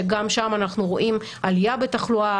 שגם שם אנחנו רואים עלייה בתחלואה,